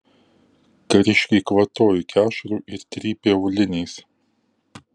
kariškiai kvatojo iki ašarų ir trypė auliniais